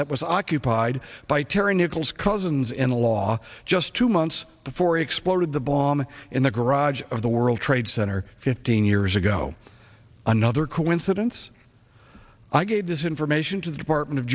that was occupied by terry nichols cousins in law just two months before it exploded the bomb in the garage of the world trade center fifteen years ago another coincidence i gave this information to the department of